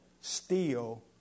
steal